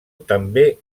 també